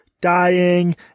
dying